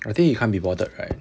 I think he can't be bothered right